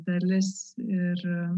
dalis ir